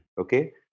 Okay